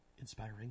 inspiring